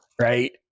Right